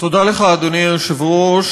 תודה לך, אדוני היושב-ראש.